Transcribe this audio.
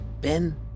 Ben